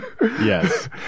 Yes